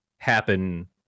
happen